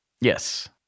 Yes